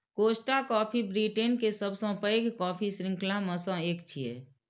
Costa coffee Britain के सबसं पैघ कॉफी शृंखला मे सं एक छियै